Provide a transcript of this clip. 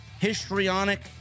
histrionic